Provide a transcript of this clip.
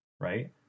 right